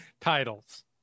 titles